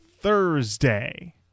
thursday